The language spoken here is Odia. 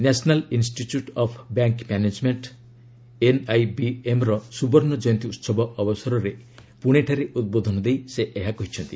national institute of bank management ଏନ୍ଆଇବିଏମ୍ର ସୁବର୍ଷ୍ଣ ଜୟନ୍ତୀ ଉହବ ଅବସରରେ ପୁଣେ ଠାରେ ଉଦ୍ବୋଧନ ଦେଇ ସେ ଏହା କହିଛନ୍ତି